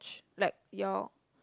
like you're